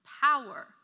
power